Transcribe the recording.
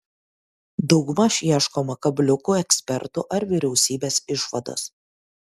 daugmaž ieškoma kabliukų ekspertų ar vyriausybės išvados